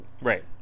right